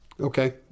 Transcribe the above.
okay